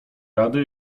rady